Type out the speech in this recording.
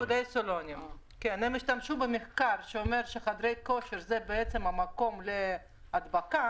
הם השתמשו במחקר מדרום קוריאה שאומר שחדרי כושר הם המקום להדבקה